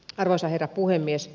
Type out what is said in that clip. arvoisa herra puhemies